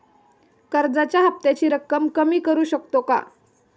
कर्जाच्या हफ्त्याची रक्कम कमी करू शकतो का?